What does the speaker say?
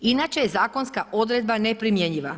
Inače je zakonska odredba neprimjenjiva.